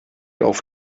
auf